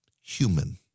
human